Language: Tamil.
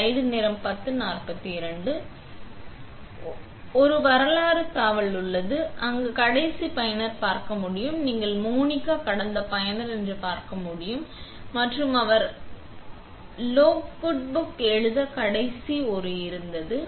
மேலும் ஒரு வரலாறு தாவல் உள்ளது அங்கு கடைசி பயனர் பார்க்க முடியும் மற்றும் நீங்கள் மோனிகா கடந்த பயனர் என்று பார்க்க முடியும் மற்றும் அவர் லோகூட்புக் எழுத கடைசி ஒரு இருந்தது